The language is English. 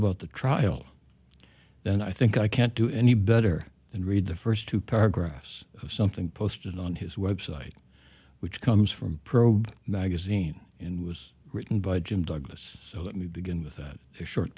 about the trial then i think i can't do any better than read the first two paragraphs of something posted on his website which comes from probe magazine and was written by jim douglas so let me begin with that